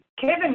Kevin